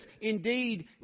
indeed